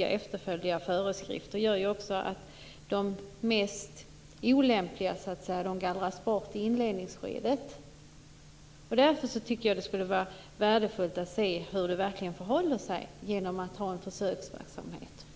efterfölja föreskrifterna gör att de mest olämpliga gallras bort i inledningsskedet. Därför skulle det vara värdefullt att se hur det verkligen förhåller sig genom att ha en försöksverksamhet.